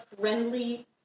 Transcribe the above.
friendly